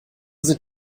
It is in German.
sind